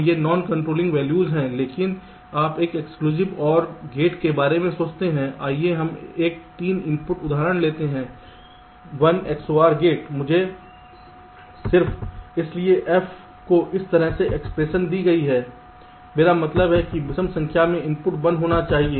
तो ये non controlling values हैं लेकिन आप एक एक्सक्लूसिव OR गेट के बारे में सोचते हैं आइए हम एक 3 इनपुट उदाहरण लेते हैं 1 XOR गेट मुझे सिर्फ इसलिए f को इस तरह से एक्सप्रेशन दी गई है मेरा मतलब है विषम संख्या के इनपुट 1 होना चाहिए